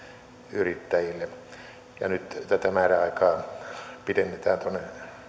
yrittäjille nyt tätä määräaikaa pidennetään tuonne